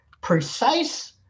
precise